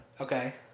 Okay